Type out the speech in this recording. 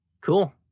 Cool